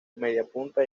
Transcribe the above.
mediapunta